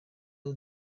aho